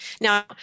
Now